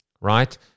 right